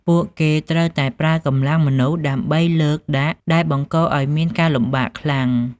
ពួកគេត្រូវតែប្រើកម្លាំងមនុស្ស ដើម្បីលើកដាក់ដែលបង្កឱ្យមានការលំបាកខ្លាំង។